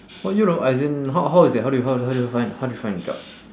well you know as in how how is it how do you how do you how do you find the job